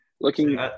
looking